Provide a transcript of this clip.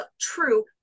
true